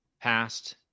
past